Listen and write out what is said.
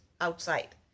outside